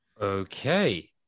Okay